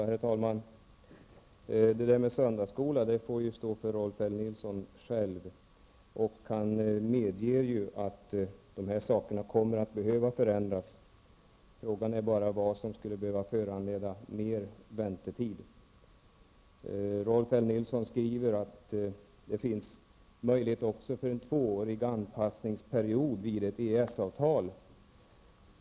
Herr talman! Det där med söndagsskola får stå för Rolf L Nilson själv. Han medger att de här sakerna kommer att behöva förändras -- frågan är bara vad som skulle behöva föranleda längre väntetid. Rolf L Nilson skriver att det finns möjlighet också till en tvåårig anpassning vid ett EES-avtal.